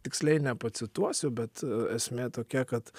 tiksliai nepacituosiu bet esmė tokia kad